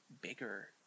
bigger